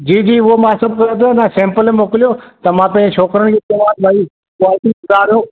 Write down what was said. जी जी उहो सभु मां समुझो पियां सेंपल मोकिलियो त मां पंहिंजे छोकिरन खे चवां भई क्वालिटी सुधारियो